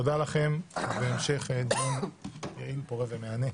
תודה רבה והמשך דיון פורה ומהנה.